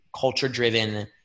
culture-driven